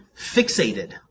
fixated